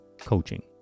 coaching